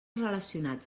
relacionats